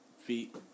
feet